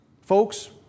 Folks